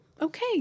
okay